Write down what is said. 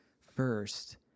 first